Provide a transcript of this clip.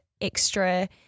extra